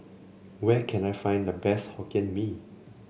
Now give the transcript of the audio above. where can I find the best Hokkien Mee